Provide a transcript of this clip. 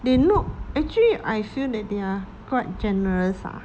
they know actually I feel that they are quite generous lah